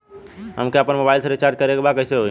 हमके आपन मोबाइल मे रिचार्ज करे के बा कैसे होई?